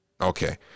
okay